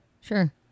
Sure